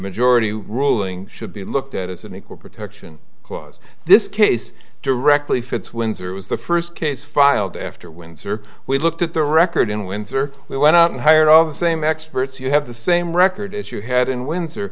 majority ruling should be looked at as an equal protection clause this case directly fits windsor was the first case filed after windsor we looked at the record in windsor we went out and hired all the same experts you have the same record as you had in windsor